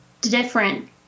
different